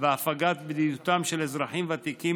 ולהפגת בדידותם של אזרחים ותיקים,